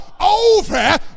over